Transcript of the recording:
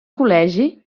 col·legi